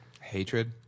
hatred